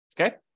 Okay